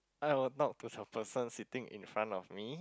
I will talk to the person sitting in front of me